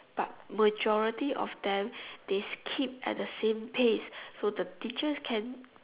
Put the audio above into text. but majority of them they skip at the same pace so the teachers can